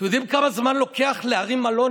אתם יודעים כמה זמן לוקח להרים מלון,